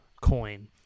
coin